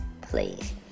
Please